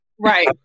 Right